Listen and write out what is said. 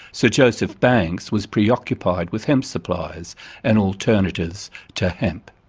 sir joseph banks was preoccupied with hemp supplies and alternatives to hemp.